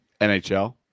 NHL